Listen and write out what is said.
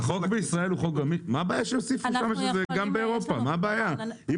החוק בישראל הוא חוק -- -מה הבעיה שיוסיפו שם שזה גם באירופה?